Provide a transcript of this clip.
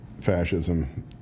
fascism